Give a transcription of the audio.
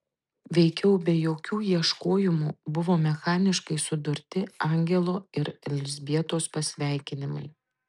veikiau be jokių ieškojimų buvo mechaniškai sudurti angelo ir elzbietos pasveikinimai